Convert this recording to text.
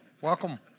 Welcome